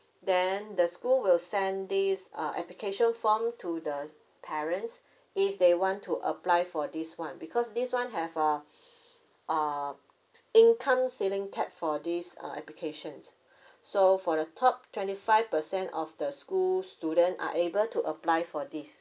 then the school will send this uh application form to the parents if they want to apply for this [one] because this one have uh uh income ceiling cap for this uh application so for the top twenty five percent of the school student are able to apply for this